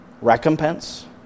Recompense